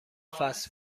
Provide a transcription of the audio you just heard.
فست